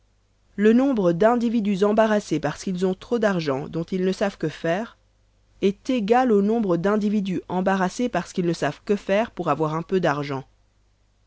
le nombre d'individus embarrassés parce qu'ils ont trop d'argent dont ils ne savent que faire est égal au nombre d'individus embarrassés parce qu'ils ne savent que faire pour avoir un peu d'argent